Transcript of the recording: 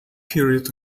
period